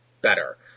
better